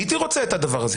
הייתי רוצה את זה,